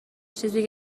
چیزی